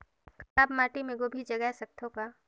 खराब माटी मे गोभी जगाय सकथव का?